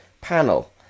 panel